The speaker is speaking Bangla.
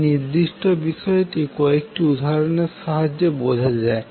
এই নির্দৃষ্ট বিষয়টি কয়েকটি উদাহরণের সাহায্যে বোঝা যায়